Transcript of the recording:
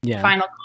final